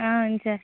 అవును సార్